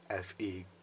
FE